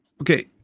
Okay